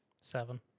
seven